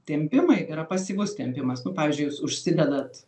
tempimai yra pasyvus tempimas nu pavyzdžiui jūs užsidedat